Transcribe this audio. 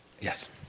Yes